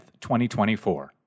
2024